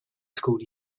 school